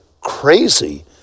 crazy